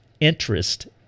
interest